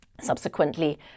subsequently